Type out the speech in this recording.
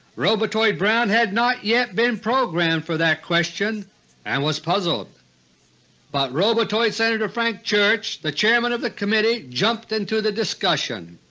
robotoid brown had not yet been programmed for that question and was puzzled but robotoid senator frank church, the chairman of the committee, jumped into the discussion.